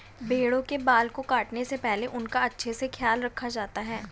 भेड़ों के बाल को काटने से पहले उनका अच्छे से ख्याल रखा जाता है